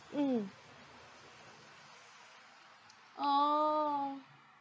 mm oh